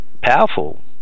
powerful